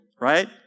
right